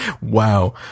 Wow